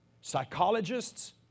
psychologists